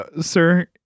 sir